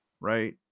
Right